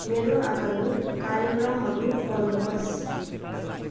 मेरो आगामी कार्यक्रमहरू पढ्नुहोस्